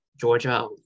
Georgia